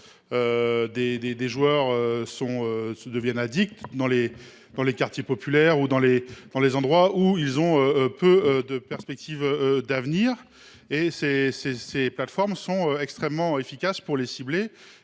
des joueurs deviennent addicts dans des quartiers populaires et des endroits où ils ont peu de perspectives. Ces plateformes sont extrêmement efficaces quand il